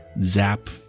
Zap